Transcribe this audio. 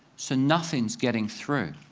so nothing is getting through.